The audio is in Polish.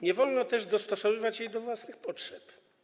Nie wolno też dostosowywać jej do własnych potrzeb.